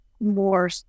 more